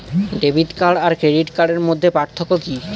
Debit card আর credit কার্ডের মধ্যে পার্থক্য কি?